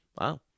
wow